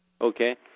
Okay